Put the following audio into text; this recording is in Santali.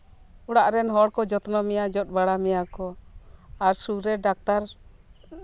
ᱚᱲᱟᱜ ᱨᱮᱱ ᱦᱚᱲ ᱠᱚ ᱡᱚᱛᱱᱚ ᱢᱮᱭᱟ ᱡᱚᱫ ᱵᱟᱲᱟ ᱢᱮᱭᱟᱠᱚ ᱟᱨ ᱥᱩᱨᱮ ᱰᱟᱠᱛᱟᱨ